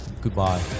Goodbye